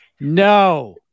No